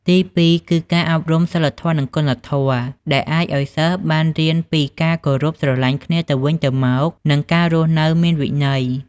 ទី២ គឺការអប់រំសីលធម៌និងគុណធម៌ ដែលអាចឲ្យសិស្សបានរៀនពីការគោរពស្រឡាញ់គ្នាទៅវិញទៅមកនិងការរស់នៅមានវិន័យ។